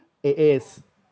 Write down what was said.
it is